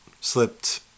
slipped